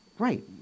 right